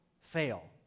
fail